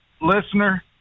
listener